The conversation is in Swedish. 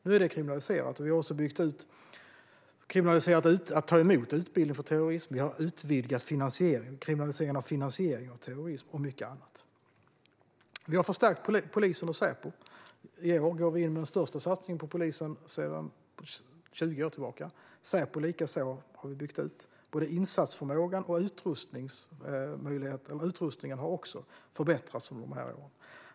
Nu är det kriminaliserat, och vi har även gjort det kriminellt att ta emot utbildning för terrorism. Vi har utvidgat kriminaliseringen av finansiering av terrorism och mycket annat. Vi har förstärkt polisen och Säpo. I år går vi in med den största satsningen på polisen sedan 20 år tillbaka. Likaså har vi byggt ut Säpo, och både insatsförmågan och utrustningen har förbättrats under de här åren.